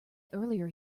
earlier